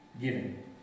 giving